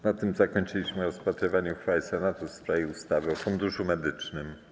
Na tym zakończyliśmy rozpatrywanie uchwały Senatu w sprawie ustawy o Funduszu Medycznym.